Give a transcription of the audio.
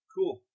Cool